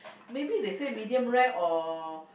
maybe they say medium rare or